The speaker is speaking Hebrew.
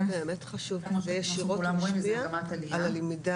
כמו שכולם רואים, זה במגמת עלייה.